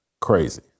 crazy